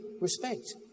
respect